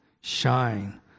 shine